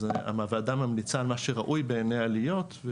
הוועדה ממליצה על מה שראוי בעיניה להיות.